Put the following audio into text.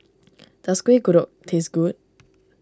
does Kuih Kodok taste good